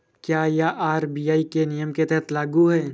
क्या यह आर.बी.आई के नियम के तहत लागू है?